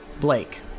Blake